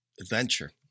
adventure